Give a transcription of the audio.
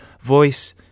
voice